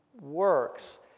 works